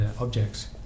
objects